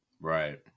right